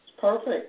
Perfect